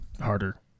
harder